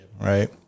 right